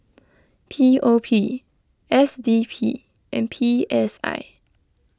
P O P S D P and P S I